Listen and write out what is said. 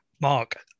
Mark